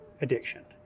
addiction